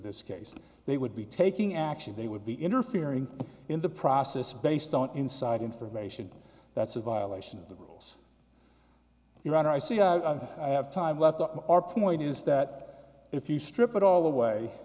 this case they would be taking action they would be interfering in the process based on inside information that's a violation of the rules your honor i see i have time left our point is that if you strip it all the way